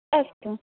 अस्तु